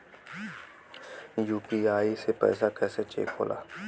UPI से पैसा कैसे चेक होला?